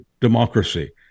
democracy